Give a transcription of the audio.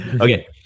okay